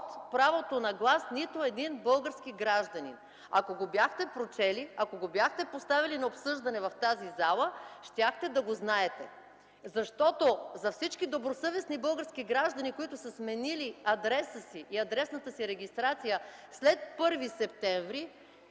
правото на глас нито един български гражданин. Ако го бяхте прочели, ако го бяхте поставили на обсъждане в тази зала, щяхте да го знаете. Защото за всички добросъвестни български граждани, които са сменили адреса си и адресната си регистрация след 1 септември,